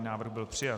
Návrh byl přijat.